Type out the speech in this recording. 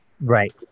Right